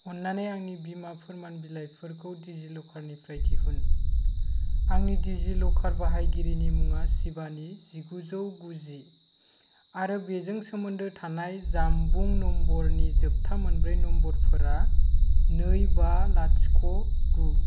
अननानै आंनि बीमा फोरमान बिलाइफोरखौ डिजिलकार निफ्राय दिहुन आंनि डिजिलकार बाहायगिरिनि मुङा शिवानी जिगुजौ गुजि आरो बेजों सोमोन्दो थानाय जानबुं नम्बरनि जोबथा मोनब्रै नम्बरफोरा नै बा लाथिख गु